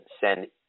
send